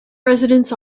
residents